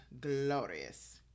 glorious